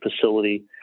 facility